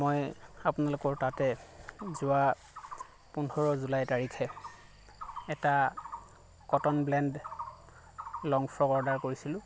মই আপোনালোকৰ তাতে যোৱা পোন্ধৰ জুলাই তাৰিখে এটা cotton blend long frock order কৰিছিলোঁ